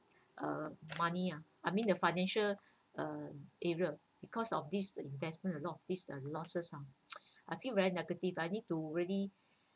uh money ah I mean the financial uh area because of this investment a lot of these losses ah I feel very negative I need to really